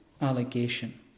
allegation